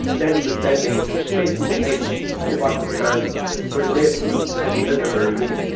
daddy was standing facing the hedge at the bottom of the garden where the maples and the elderberry meet.